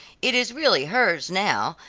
it is really hers now,